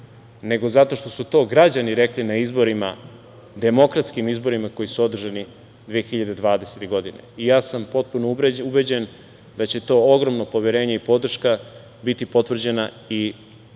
nego zato su to građani rekli na izborima, demokratskim izborima koji su održani 2020. godine i ja sam potpuno ubeđen da će to ogromno poverenje i podrška biti potvrđena i krajem